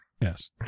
Yes